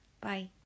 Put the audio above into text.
bye